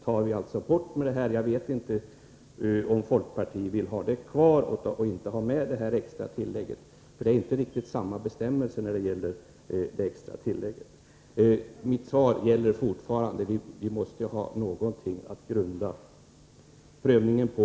Jag vet inte riktigt om folkpartiet vill ha det kvar eller inte. Kanske vill man inte heller ha det extra tillägget. Bestämmelserna är ju inte riktigt desamma när det gäller det extra tillägget. Det svar jag givit gäller fortfarande: Vi måste ha någonting att grunda prövningen på.